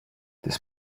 this